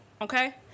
okay